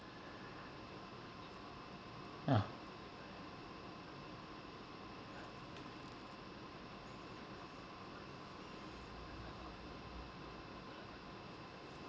ah